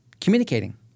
communicating